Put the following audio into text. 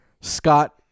Scott